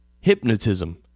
hypnotism